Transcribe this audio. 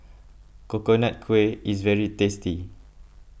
Coconut Kuih is very tasty